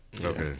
Okay